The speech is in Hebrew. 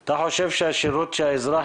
אתה חושב שהשירות שהאזרח